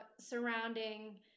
surrounding